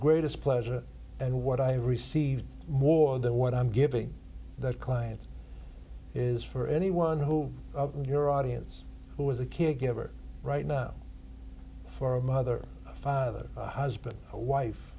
greatest pleasure and what i receive more than what i'm giving that client is for anyone who your audience who is a kid give it right now for a mother a father a husband a wife